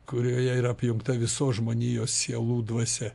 kurioje yra apjungta visos žmonijos sielų dvasia